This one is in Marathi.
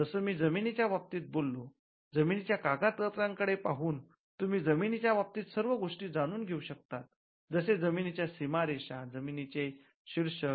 जसं मी जमिनी च्या बाबतीत बोललोजमिनी च्या कागदपत्रां कडे पाहून तूम्ही जमीनीच्या बाबतीत सर्व गोष्टी जाणून घेऊ शकतात जसे जमीनीच्या सीमारेषा जमिनीने शीर्षक